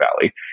Valley